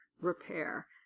repair